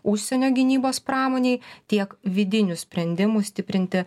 užsienio gynybos pramonei tiek vidinių sprendimų stiprinti